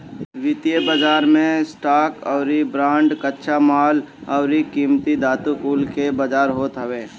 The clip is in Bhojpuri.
वित्तीय बाजार मे स्टॉक अउरी बांड, कच्चा माल अउरी कीमती धातु कुल के बाजार होत हवे